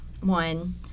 one